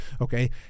Okay